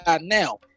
now